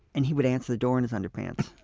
and he would answer the door in his underpants.